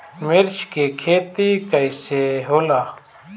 मिर्च के खेती कईसे होला?